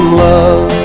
love